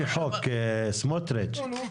זאת אומרת יש חריגים, המצב הוא דיי דומה.